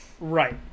Right